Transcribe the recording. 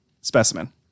specimen